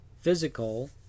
physical